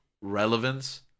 relevance